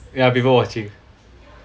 yeah people watching